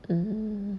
mm